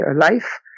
life